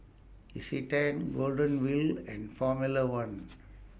Isetan Golden Wheel and Formula one